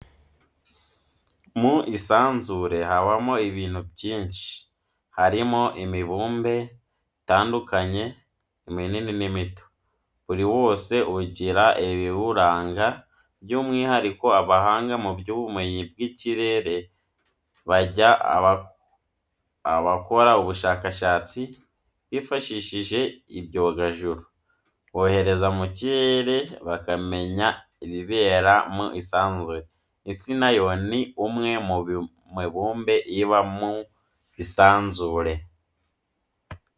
Mu isanzure habamo ibintu byinshi harimo imibumbe itandukanye iminini n'imito, buri wose ugira ibiwuranga by'umwihariko abahanga mu by'ubumenyi bw'ikirere, bajya abakora ubushakashatsi bifashishije ibyogajuru, bohereza mu kirere bakamenya ibibera mu isanzure, Isi na yo ni umwe mu mibumbe iba mu isanzure.